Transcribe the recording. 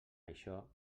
això